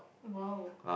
!wow!